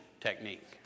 technique